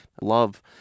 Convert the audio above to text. love